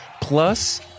plus